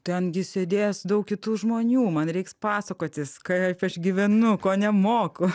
ten gi sėdės daug kitų žmonių man reiks pasakotis kaip aš gyvenu ko nemoku